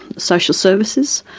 social services.